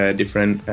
different